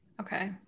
Okay